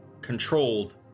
controlled